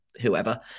whoever